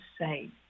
say